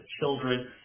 children